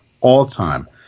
all-time